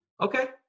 okay